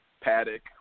Paddock